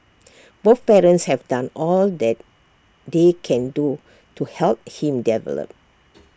both parents have done all that they can do to help him develop